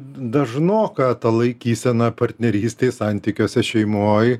dažnoka ta laikysena partnerystės santykiuose šeimoj